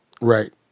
Right